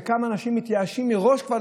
וכמה אנשים מתייאשים כבר מראש.